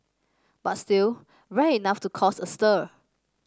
but still rare enough to cause a stir